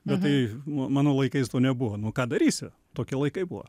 bet tai mano laikais to nebuvo nu ką darysi tokie laikai buvo